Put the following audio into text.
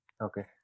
okay